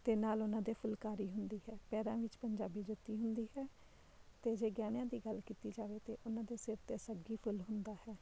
ਅਤੇ ਨਾਲ ਉਹਨਾਂ ਦੇ ਫੁਲਕਾਰੀ ਹੁੰਦੀ ਹੈ ਪੈਰਾਂ ਵਿੱਚ ਪੰਜਾਬੀ ਜੁੱਤੀ ਹੁੰਦੀ ਹੈ ਅਤੇ ਜੇ ਗਹਿਣਿਆਂ ਦੀ ਗੱਲ ਕੀਤੀ ਜਾਵੇ ਤਾਂ ਉਹਨਾਂ ਦੇ ਸਿਰ 'ਤੇ ਸੱਗੀ ਫੁੱਲ ਹੁੰਦਾ ਹੈ